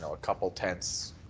and a couple tents,